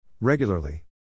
Regularly